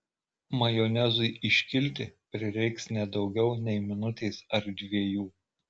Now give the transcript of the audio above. majonezui iškilti prireiks ne daugiau nei minutės ar dviejų